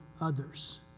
others